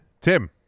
Tim